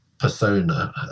persona